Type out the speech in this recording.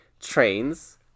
trains